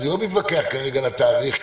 אני לא מתווכח כרגע על התאריך,